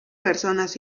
personas